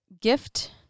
gift